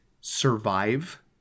survive